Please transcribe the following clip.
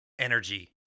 energy